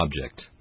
object